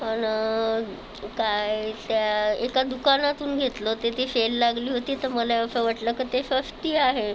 आणि काय त्या एका दुकानातून घेतलं तिथे सेल लागली होती तर मला असं वाटलं का ते स्वस्त आहे